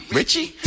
Richie